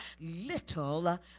little